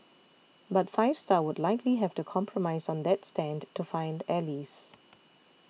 but Five Star would likely have to compromise on that stand to find allies